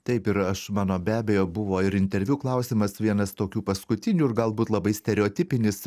taip ir aš mano be abejo buvo ir interviu klausimas vienas tokių paskutinių ir galbūt labai stereotipinis